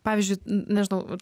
pavyzdžiui nežinau vat